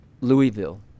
Louisville